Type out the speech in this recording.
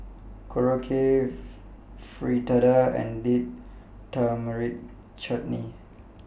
Korokke Fritada and Date Tamarind Chutney